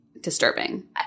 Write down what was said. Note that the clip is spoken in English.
disturbing